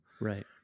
right